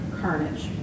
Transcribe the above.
carnage